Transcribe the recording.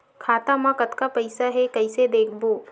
खाता मा कतका पईसा हे कइसे देखबो?